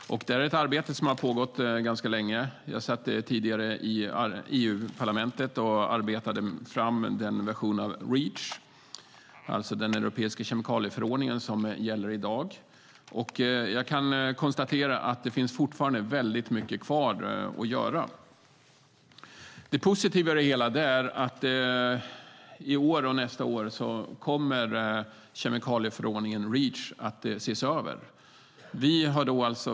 Det här är ett arbete som har pågått länge. Jag satt tidigare i EU-parlamentet och arbetade fram den version av Reach, den europeiska kemikalieförordningen, som gäller i dag. Jag kan konstatera att det fortfarande finns mycket kvar att göra. Det positiva i det hela är att i år och nästa år kommer kemikalieförordningen Reach att ses över.